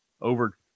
over